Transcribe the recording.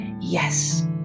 Yes